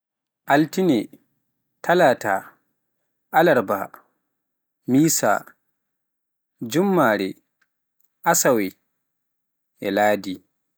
altine, talaata, alarba, miisa, aljumaa, asawe, e ladi.